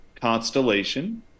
constellation